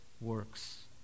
works